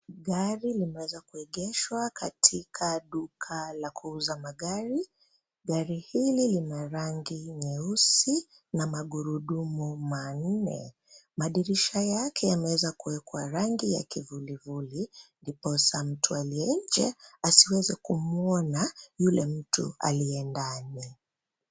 Gari limeweza kuegeshwa katika duka la kuuza magari, gari hili lina rangi nyeusi na magurudumu manne, madirisha yake yameweza kuwekwa rangi ya kivuli vuli ndiposa mtu aliye nje asiweze kumwona yule mtu aliye ndani.